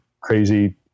crazy